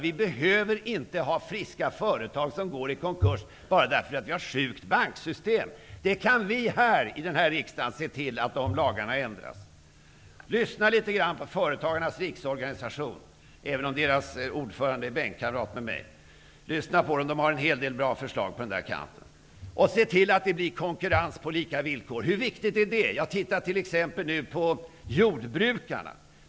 Vi behöver inte ha friska företag som går i konkurs bara för att vi har ett sjukt banksystem. Vi här i riksdagen kan se till att dessa lagar ändras. Lyssna litet grand på medlemmarna i Företagarnas Riksorganisation, även om deras ordförande är bänkkamrat med mig! De har en hel del bra förslag. Se till att det blir konkurrens på lika villkor! Hur viktigt är det? Ja, titta t.ex. på jordbrukarna.